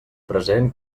present